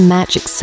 Magic